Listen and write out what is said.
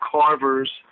carvers